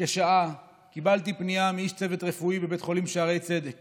כשעה קיבלתי פנייה מאיש צוות רפואי בבית החולים שערי צדק